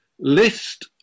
list